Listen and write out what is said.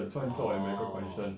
orh